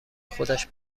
خودش